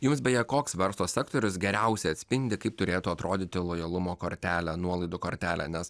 jums beje koks verslo sektorius geriausiai atspindi kaip turėtų atrodyti lojalumo kortelė nuolaidų kortelė nes